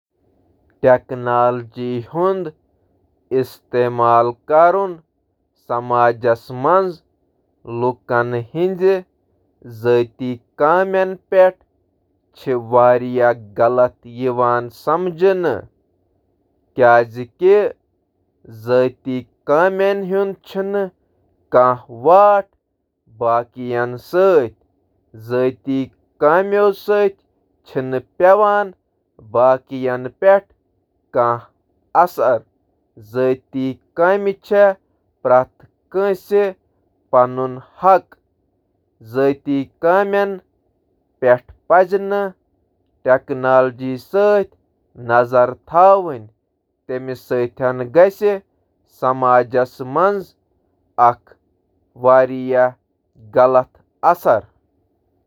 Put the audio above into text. ذٲتی سرگرمین ہنٛز نگرٲنی خٲطرٕ ٹیکنالوجی ہنٛد استعمال کرنک اخلاقیاتُک انحصار چُھ سیاق و سباق تہٕ ڈیجیٹل اخلاقیاتک اصولن پیٹھ:۔ مُلٲزِمن پَزِ نہٕ زانٛہہ تہِ مُلٲزِمن ہِنٛدیٚن ذٲتی آلاتن پیٚٹھ غٲر کارٕبٲرِ مُتعلِق سرگرمی